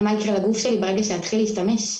ומה יקרה לגוף שלי ברגע שאתחיל להשתמש.